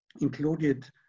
included